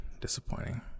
disappointing